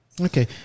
okay